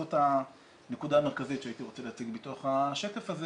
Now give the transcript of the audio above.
זאת הנקודה המרכזית שהייתי רוצה להציג בתוך השקף הזה